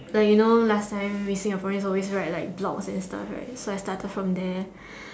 like you know last time we Singaporeans always write like blogs and stuff right so I started from there